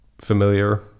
familiar